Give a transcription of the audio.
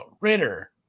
Ritter